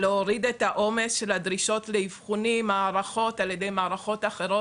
להוריד את העומס של הדרישות לאבחונים מערכות על ידי מערכות אחרות.